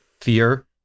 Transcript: fear